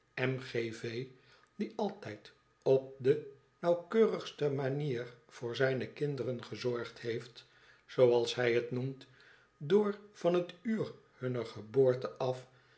m g v die altijd op de nauwkeurigste manier voor zijne kinderen gezorgd heeft zooals hij het noemt door van het uur hunner geboorte af